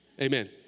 Amen